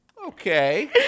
Okay